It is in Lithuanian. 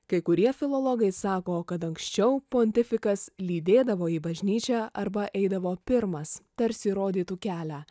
kai kurie filologai sako kad anksčiau pontifikas lydėdavo į bažnyčią arba eidavo pirmas tarsi rodytų kelią